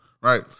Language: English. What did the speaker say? right